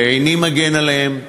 ואיני מגן עליהם,